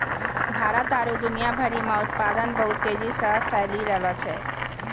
भारत आरु दुनिया भरि मे उत्पादन बहुत तेजी से फैली रैहलो छै